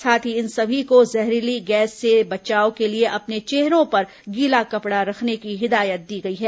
साथ ही इन सभी को जहरीली गैस से बचाव के लिए अपने चेहरों पर गीला कपड़ा रखने की हिदायत दी गई है